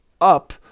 up